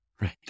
Right